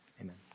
Amen